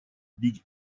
big